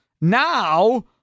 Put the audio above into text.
Now